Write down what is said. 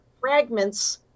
fragments